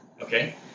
Okay